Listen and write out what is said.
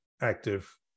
active